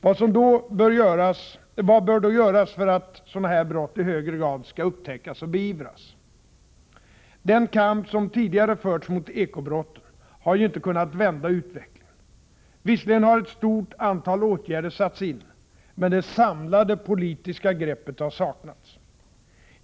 Vad bör då göras för att sådana här brott i högre grad skall upptäckas och beivras? 5 Den kamp som tidigare förts mot eko-brotten har ju inte kunnat vända utvecklingen. Visserligen har ett stort antal åtgärder satts in, men det samlade politiska greppet har saknats.